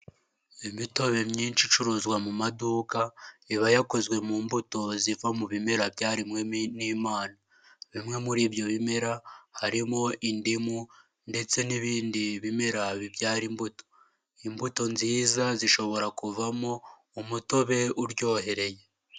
Imitobe myinshi icuruzwa mu maduka, iba yakozwe mu mbuto ziva mu bimera byaremwe n'Imana, bimwe muri ibyo bimera harimo indimu ndetse n'ibindi bimera bibyara imbuto, imbuto nziza zishobora kuvamo umutobe uryohereye.